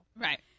Right